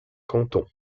canton